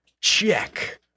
Check